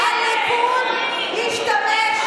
על הישיבה, אל תדאג,